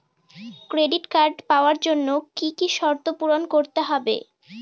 Credit card পাওয়ার জন্য কি কি শর্ত পূরণ করতে হবে?